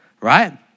right